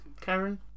karen